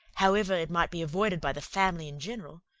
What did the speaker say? however it might be avoided by the family in general,